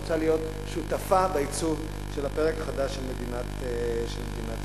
ורוצה להיות שותפה בייצוב של הפרק חדש של מדינת ישראל.